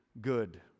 good